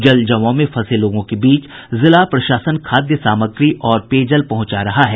जल जमाव में फंसे लोगों के बीच जिला प्रशासन खाद्य सामग्री और पेयजल पहुंचा रहा है